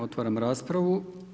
Otvaram raspravu.